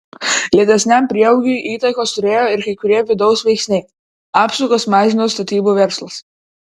lėtesniam prieaugiui įtakos turėjo ir kai kurie vidaus veiksniai apsukas mažino statybų verslas